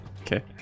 Okay